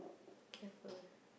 careful